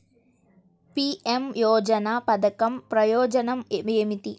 PM యోజన పధకం ప్రయోజనం ఏమితి?